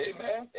Amen